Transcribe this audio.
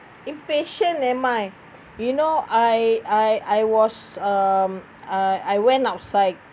impatient never mind you know I I I was um uh I went outside